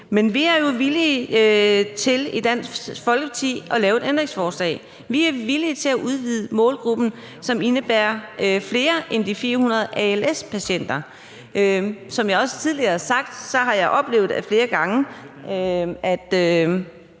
Men vi er jo i Dansk Folkeparti villige til at lave et ændringsforslag. Vi er villige til at udvide målgruppen, så den rummer flere end de 400 als-patienter. Som jeg også har tidligere har sagt, har jeg oplevet flere ...